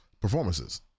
Performances